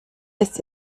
ist